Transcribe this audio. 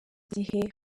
gihe